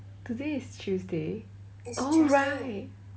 today is tuesday oh right